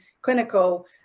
clinical